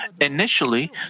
Initially